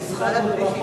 אני מצטערת.